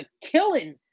killing